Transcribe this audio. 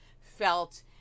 felt